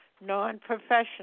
non-professional